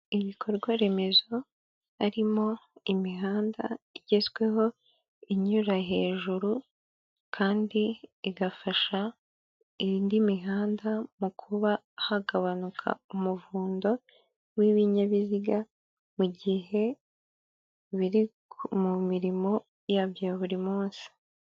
Ibikorwa remezo, harimo imihanda igezweho inyura hejuru, kandi igafasha indi mihanda, mu kuba hagabanuka umuvundo w'ibinyabiziga, mu gihe biri mu mirimo yabyo ya buri munsi.